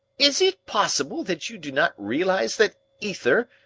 is it possible that you do not realize that ether,